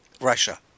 Russia